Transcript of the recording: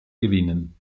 gewinnen